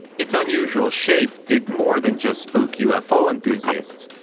it's unusual shape did more than just spook ufo enthusiasts,